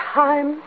time